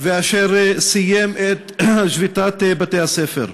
ואשר סיים את שביתת בתי-הספר.